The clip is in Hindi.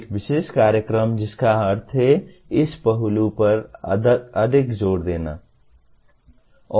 एक विशेष कार्यक्रम जिसका अर्थ है इस पहलू पर अधिक जोर देना